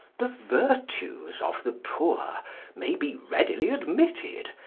the virtues of the poor may be readily admitted,